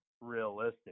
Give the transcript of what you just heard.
realistic